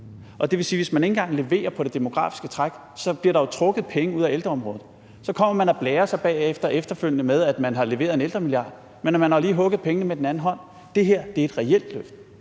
Det vil sige, at hvis man ikke engang leverer på det demografiske træk, så bliver der jo trukket penge ud af ældreområdet. Og så kommer man efterfølgende og blærer sig med, at man har leveret en ældremilliard, men man har jo lige hugget pengene med den anden hånd. Det her er et reelt løft.